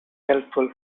helpful